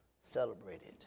celebrated